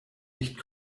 nicht